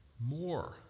more